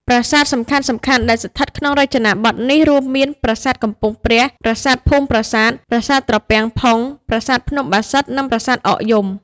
ប្រាសាទសំខាន់ៗដែលស្ថិតក្នុងរចនាបថនេះរួមមាន ប្រាសាទកំពង់ព្រះ ប្រាសាទភូមិប្រាសាទ ប្រាសាទត្រពាំងផុង ប្រាសាទភ្នំបាសិទ្ធ និង ប្រាសាទអកយំ។